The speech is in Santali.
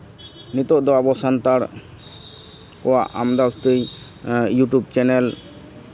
ᱱᱤᱛᱚᱜ ᱫᱚ ᱟᱵᱚ ᱥᱟᱱᱛᱟᱲ ᱠᱚᱣᱟᱜ ᱟᱢᱫᱟ ᱩᱥᱛᱟᱹᱡ ᱤᱭᱩᱴᱩᱵᱽ ᱪᱮᱱᱮᱞ